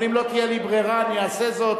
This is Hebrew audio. אבל אם לא תהיה לי ברירה אני אעשה זאת,